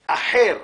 אחר,